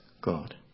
God